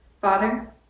Father